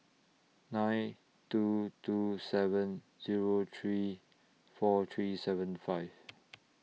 nine two two seven Zero three four three seven five